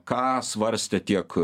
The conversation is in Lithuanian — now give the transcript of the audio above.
ką svarstė tiek